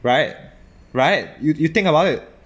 right right you you think about it